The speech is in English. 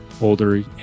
older